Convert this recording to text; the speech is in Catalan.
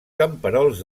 camperols